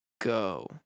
go